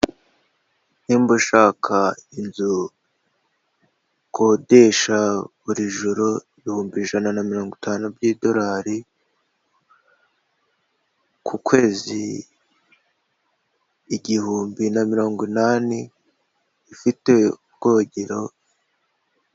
Nimba ushaka inzu ukodesha buri joro ibihumbi ijana na mirongo itanu by'idolari ku kwezi igihumbi na mirongo inani ifite ubwogero.